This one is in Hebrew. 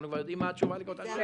אנחנו כבר יודעים מה התשובה לשאלה.